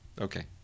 Okay